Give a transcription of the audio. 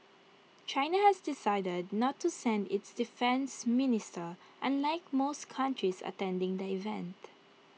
China has decided not to send its defence minister unlike most countries attending the event